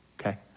Okay